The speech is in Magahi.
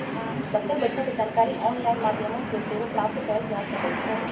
बच्चल पइसा के जानकारी ऑनलाइन माध्यमों से सेहो प्राप्त कएल जा सकैछइ